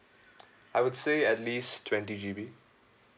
I would say at least twenty G_B